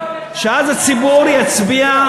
ואז הציבור יצביע,